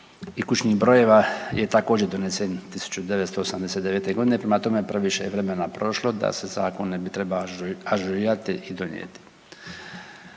i kućnih brojeva je također donesen 1989.g.. Prema tome, previše je vremena prošlo da se zakon ne bi trebao ažurirati i donijeti.